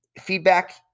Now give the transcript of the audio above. feedback